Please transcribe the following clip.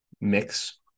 mix